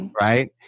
right